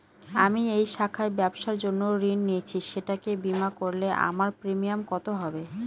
আমি এই শাখায় ব্যবসার জন্য ঋণ নিয়েছি সেটাকে বিমা করলে আমার প্রিমিয়াম কত হবে?